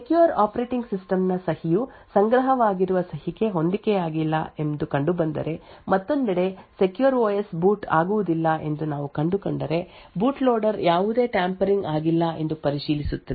secure operating system ನ ಸಹಿಯು ಸಂಗ್ರಹವಾಗಿರುವ ಸಹಿಗೆ ಹೊಂದಿಕೆಯಾಗುವುದಿಲ್ಲ ಎಂದು ಕಂಡುಬಂದರೆ ಮತ್ತೊಂದೆಡೆ ಸೆಕ್ಯೂರ್ ಓಎಸ್ ಬೂಟ್ ಆಗುವುದಿಲ್ಲ ಎಂದು ನಾವು ಕಂಡುಕೊಂಡರೆ ಬೂಟ್ ಲೋಡರ್ ಯಾವುದೇ ಟ್ಯಾಂಪರಿಂಗ್ ಆಗಿಲ್ಲ ಎಂದು ಪರಿಶೀಲಿಸುತ್ತದೆ